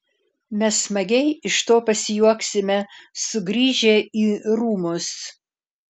mes smagiai iš to pasijuoksime sugrįžę į rūmus